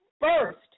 first